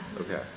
Okay